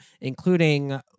including